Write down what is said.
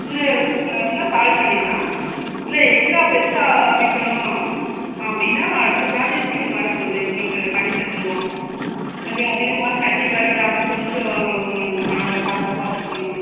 சின்ன பிரச்சனைன்னா சால்வ் பண்ணிடலாம் இல்லை எக்ஸ்ட்ரா பெரிசா அமைக்கணும் அப்படின்னா அடுத்த ப்ராஜெக்ட் சீக்கிரம் வரப்போகுது உங்களுக்கு பண்ணித்தந்துடுவோம் கொஞ்சம் அதிகமாக தண்ணி வரவிடாமல் கொஞ்சம் நம்ம அவ்வளோ பாதுகாப்பாக வச்சுக்கணும்